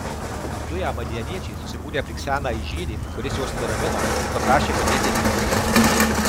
apduję madianiečiai susibūrė aplink senąjį žynį kuris juos nuramino ir paprašė padėti egiptiečiams